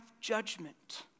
judgment